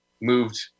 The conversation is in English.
moved